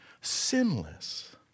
sinless